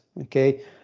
okay